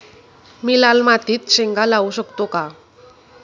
मी लाल मातीत शेंगा लावू शकतो का?